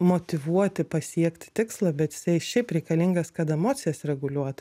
motyvuoti pasiekti tikslą bet jisai šiaip reikalingas kad emocijas reguliuot